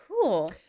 cool